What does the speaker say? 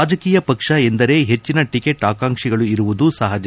ರಾಜಕೀಯ ಪಕ್ಷ ಎಂದರೆ ಹೆಚ್ಚಿನ ಟಿಕೆಟ್ ಆಕಾಂಕ್ಷಿಗಳು ಇರುವುದು ಸಹಜ